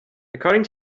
according